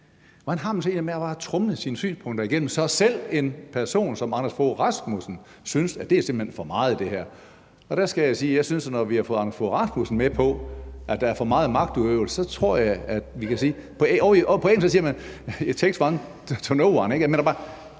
så egentlig med bare at tromle sine synspunkter igennem, så selv en person som Anders Fogh Rasmussen synes, at det simpelt hen er for meget? Og der skal jeg sige, at jeg synes, at når vi har fået Anders Fogh Rasmussen med på, at der er for meget magtudøvelse, så tror jeg, vi kan sige, som man gør på engelsk: It takes one to know one. Altså, han synes,